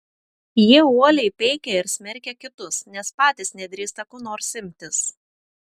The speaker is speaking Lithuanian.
jie uoliai peikia ir smerkia kitus nes patys nedrįsta ko nors imtis